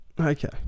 okay